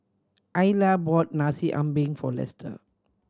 Isla bought Nasi Ambeng for Lester